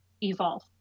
evolve